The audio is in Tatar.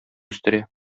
үстерә